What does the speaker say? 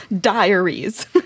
diaries